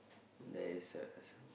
there is a